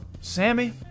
sammy